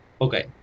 Okay